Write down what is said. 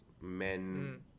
Men